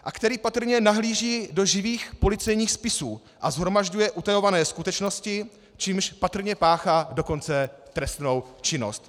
a který patrně nahlíží do živých policejních spisů a shromažďuje utajované skutečnosti, čímž patrně páchá dokonce trestnou činnost.